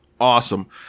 Awesome